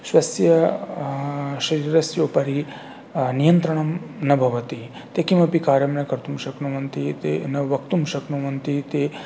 स्वस्य शरीरस्य उपरि नियन्त्रणं न भवति ते किमपि कार्यं न कर्तुं शक्नुवन्ति ते न वक्तुं शक्नुवन्ति ते